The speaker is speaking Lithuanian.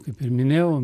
kaip ir minėjau